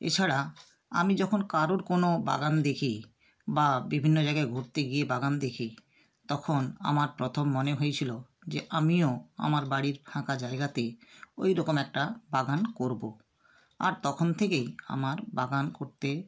এছাড়া আমি যখন কারোর কোনও বাগান দেখি বা বিভিন্ন জায়গায় ঘুরতে গিয়ে বাগান দেখি তখন আমার প্রথম মনে হয়েছিল যে আমিও আমার বাড়ির ফাঁকা জায়গাতে ওইরকম একটা বাগান করবো আর তখন থেকেই আমার বাগান করতে